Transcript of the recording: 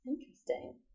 Interesting